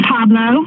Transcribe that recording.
Pablo